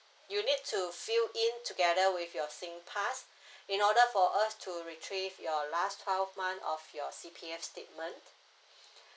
you need to fill in together with your singpass in order for us to retrieve your last twelve month of your C_P_F statement